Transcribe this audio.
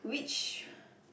which